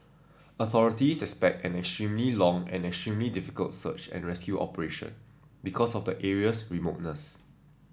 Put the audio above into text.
authorities expect an extremely long and extremely difficult search and rescue operation because of the area's remoteness